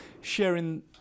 sharing